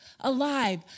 alive